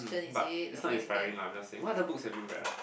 but it's not inspiring lah I'm just saying what other books have you read ah